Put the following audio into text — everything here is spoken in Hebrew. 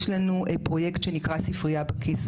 יש לנו פרויקט שנקרא "ספרייה בכיס",